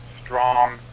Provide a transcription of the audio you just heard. strong